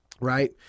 Right